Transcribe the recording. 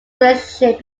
relationship